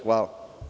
Hvala.